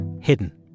hidden